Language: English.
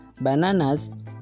Bananas